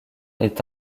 est